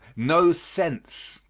no sense.